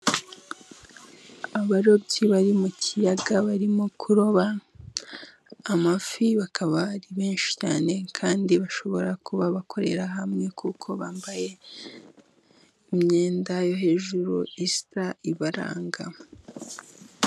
Abarobyi bari mu kiyaga barimo kuroba amafi bakaba ari benshi cyane kandi bashobora kuba bakorera hamwe kuko bambaye imyenda yo hejuru isa ibaranga.